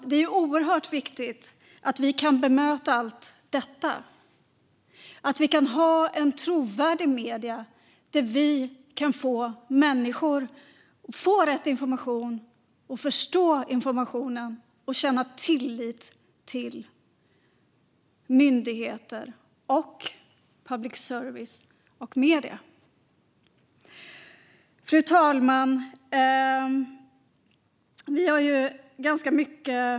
Det är oerhört viktigt att vi kan bemöta allt detta och att vi kan ha trovärdiga medier så att människor kan få rätt information, förstå informationen och känna tillit till myndigheter och public service och medier. Fru talman!